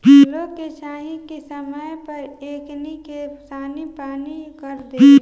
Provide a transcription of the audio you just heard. लोग के चाही की समय पर एकनी के सानी पानी कर देव